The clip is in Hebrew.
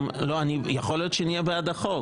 יכול להיות שנהיה בעד החוק,